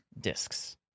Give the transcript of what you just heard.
discs